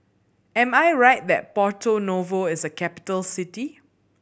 am I right that Porto Novo is a capital city